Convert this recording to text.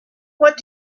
what